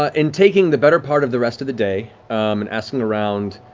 ah in taking the better part of the rest of the day and asking around,